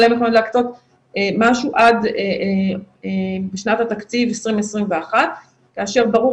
אבל הם יכולים להקצות משהו עד שנת התקציב 2021 כאשר ברור